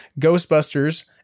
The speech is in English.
ghostbusters